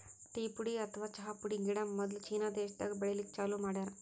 tea ಪುಡಿ ಅಥವಾ ಚಾ ಪುಡಿ ಗಿಡ ಮೊದ್ಲ ಚೀನಾ ದೇಶಾದಾಗ್ ಬೆಳಿಲಿಕ್ಕ್ ಚಾಲೂ ಮಾಡ್ಯಾರ್